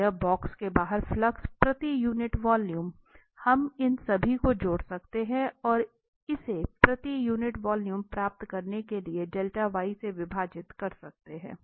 तो यहां बॉक्स से बाहर फ्लक्स प्रति यूनिट वॉल्यूम हम इन सभी को जोड़ सकते हैं और इसे प्रति यूनिट वॉल्यूम प्राप्त करने के लिए विभाजित कर सकते हैं